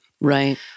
Right